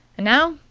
and now,